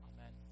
Amen